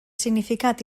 significat